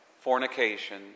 fornication